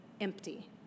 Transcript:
empty